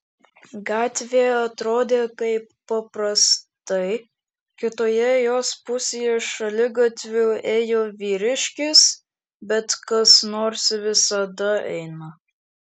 gatvė atrodė kaip paprastai kitoje jos pusėje šaligatviu ėjo vyriškis bet kas nors visada eina